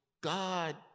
God